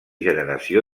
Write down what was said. generació